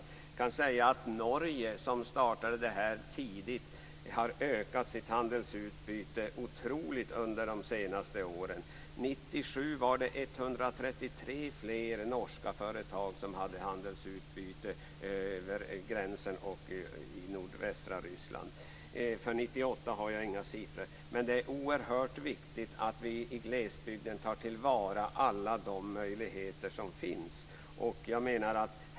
Jag kan säga att Norge, som startade detta tidigt, har ökat sitt handelsutbyte otroligt under de senaste åren. 1997 var de 133 fler norska företag som hade handelsutbyte över gränsen i nordvästra Ryssland. För 1998 har jag inga siffror. Det är oerhört viktigt att man i glesbygden tar till vara alla de möjligheter som finns.